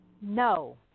no